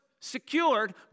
secured